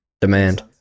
demand